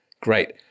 great